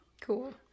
Cool